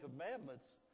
commandments